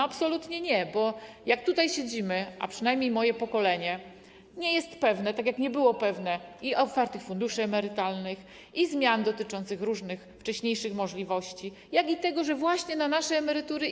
Absolutnie nie, bo jak tutaj siedzimy, a przynajmniej moje pokolenie nie jest pewne, tak jak nie było pewne i otwartych funduszy emerytalnych, i zmian dotyczących różnych wcześniejszych możliwości, i tego, że na nasze emerytury.